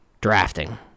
drafting